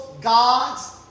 God's